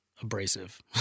abrasive